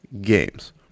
games